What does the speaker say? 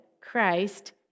Christ